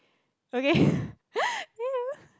okay yeah